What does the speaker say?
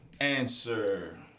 answer